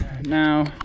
Now